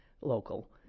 local